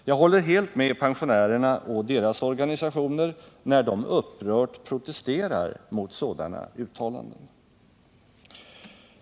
Jag håller helt med pensionärerna och deras organisationer när de upprört protesterar mot sådana uttalanden.